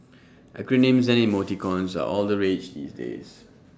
acronyms and emoticons are all the rage these days